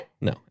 No